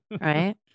right